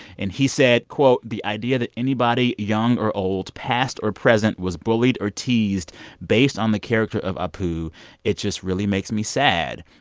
and he said, quote, the idea that anybody young or old, past or present was bullied or teased based on the character of apu it just really makes me sad.